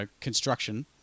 construction